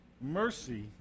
Mercy